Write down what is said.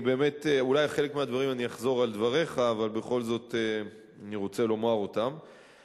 אולי בחלק מהדברים אני אחזור על דבריך אבל אני רוצה לומר אותם בכל זאת.